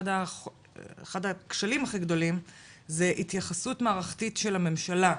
אחד הכשלים הכי גדולים זו התייחסות מערכתית של הממשלה.